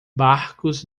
barcos